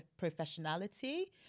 professionality